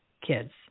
kids